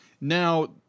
Now